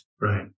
Right